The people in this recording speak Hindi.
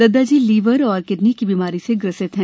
दद्दा जी लीवर और किडनी की बीमारी से ग्रसित हैं